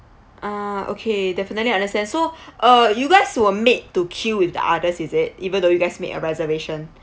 ah okay definitely understand so uh you guys were made to queue with the others is it even though you guys made a reservation